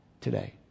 today